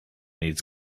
needs